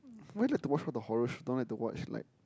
why you like all the horror show don't like to watch like